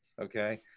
okay